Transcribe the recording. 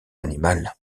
animal